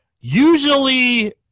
usually